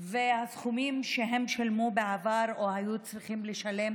והסכומים שהם שילמו בעבר או היו צריכים לשלם